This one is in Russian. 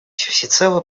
всецело